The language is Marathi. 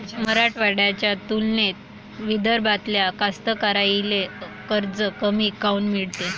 मराठवाड्याच्या तुलनेत विदर्भातल्या कास्तकाराइले कर्ज कमी काऊन मिळते?